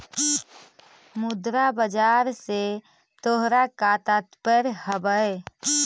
मुद्रा बाजार से तोहरा का तात्पर्य हवअ